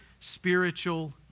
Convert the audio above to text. spiritual